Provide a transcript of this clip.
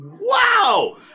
Wow